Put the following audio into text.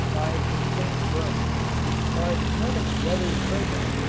by some faint groans but none of the others heard them,